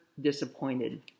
disappointed